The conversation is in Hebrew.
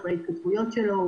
לא אחרי התכתבויות שלו,